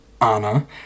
Anna